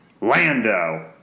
Lando